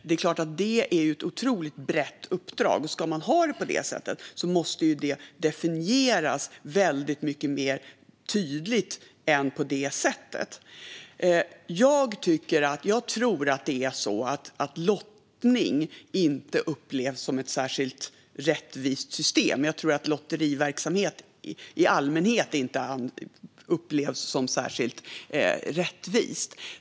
Det är klart att detta är ett otroligt brett uppdrag, och om man ska ha det på det sättet måste det definieras mycket tydligare än så här. Jag tror att lottning inte upplevs som ett särskilt rättvist system. Jag tror inte att lotteriverksamhet i allmänhet upplevs som särskilt rättvist.